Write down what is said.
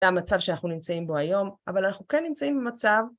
זה המצב שאנחנו נמצאים בו היום, אבל אנחנו כן נמצאים במצב...